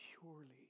purely